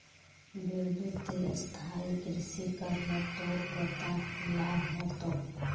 बिरजू ती स्थायी कृषि कर ल तोर पोताक लाभ ह तोक